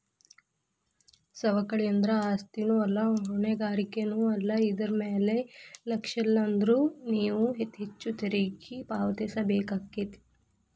ಸವಕಳಿ ಅಂದ್ರ ಆಸ್ತಿನೂ ಅಲ್ಲಾ ಹೊಣೆಗಾರಿಕೆನೂ ಅಲ್ಲಾ ಇದರ್ ಮ್ಯಾಲೆ ಲಕ್ಷಿಲ್ಲಾನ್ದ್ರ ನೇವು ಹೆಚ್ಚು ತೆರಿಗಿ ಪಾವತಿಸಬೇಕಾಕ್ಕೇತಿ